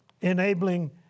enabling